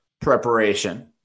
preparation